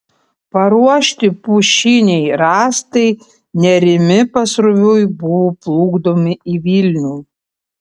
paruošti pušiniai rąstai nerimi pasroviui buvo plukdomi į vilnių